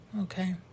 okay